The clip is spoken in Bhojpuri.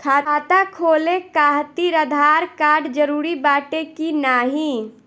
खाता खोले काहतिर आधार कार्ड जरूरी बाटे कि नाहीं?